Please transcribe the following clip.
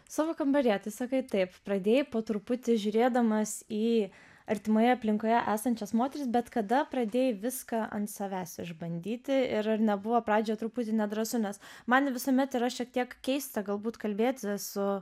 savo kambaryje tai sakai taip pradėjai po truputį žiūrėdamas į artimoje aplinkoje esančias moteris bet kada pradėjai viską ant savęs išbandyti ir ar nebuvo pradžioje truputį nedrąsu nes man visuomet yra šiek tiek keista galbūt kalbėt su